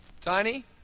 Tiny